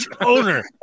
owner